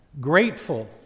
grateful